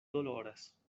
doloras